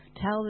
tell